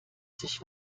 sich